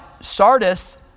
Sardis